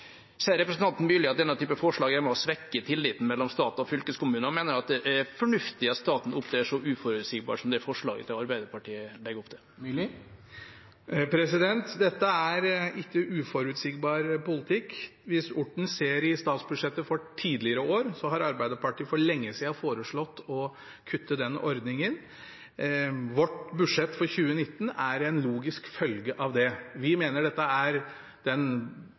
Ser representanten Myrli at denne typen forslag er med på å svekke tilliten mellom stat og fylkeskommuner, og mener han at det er fornuftig at staten opptrer så uforutsigbart som det forslaget til Arbeiderpartiet legger opp til? Dette er ikke uforutsigbar politikk. Hvis Orten ser i statsbudsjettet for tidligere år, har Arbeiderpartiet for lenge siden foreslått å kutte denne ordningen. Vårt budsjett for 2019 er en logisk følge av det.